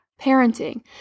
parenting